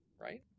right